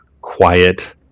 quiet